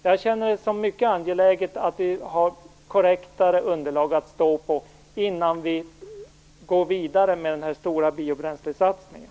Jag känner det som mycket angeläget att vi har korrektare underlag att stå på innan vi går vidare med den här stora biobränslesatsningen.